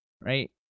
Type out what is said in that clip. Right